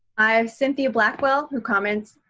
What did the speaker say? i have cynthia blackwell, who comments,